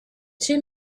two